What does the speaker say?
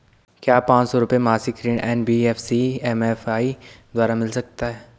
क्या पांच सौ रुपए मासिक ऋण एन.बी.एफ.सी एम.एफ.आई द्वारा मिल सकता है?